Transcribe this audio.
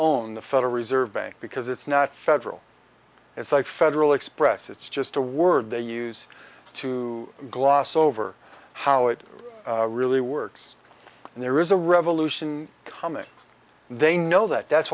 own the federal reserve bank because it's not federal it's like federal express it's just a word they use to gloss over how it really works and there is a revolution coming they know that that's